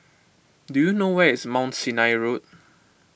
do you know where is Mount Sinai Road